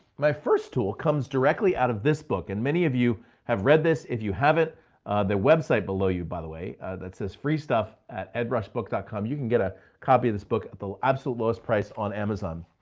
my first tool comes directly out of this book, and many of you have read this. if you haven't the website below you, by the way that says free stuff at edrushbook dot com you can get a copy of this book at the absolute lowest price on amazon.